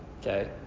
Okay